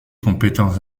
compétences